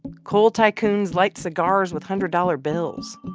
coal tycoons light cigars with hundred-dollar bills.